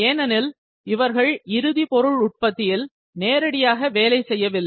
ஏனெனில் இவர்கள் இறுதி பொருள் உற்பத்தியில் நேரடியாக வேலை செய்யவில்லை